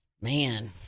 Man